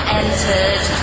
entered